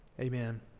Amen